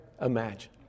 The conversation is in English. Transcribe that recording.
imagine